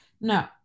No